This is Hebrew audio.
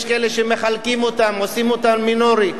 יש כאלה שמחלקים אותם, עושים אותם מינורי.